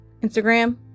Instagram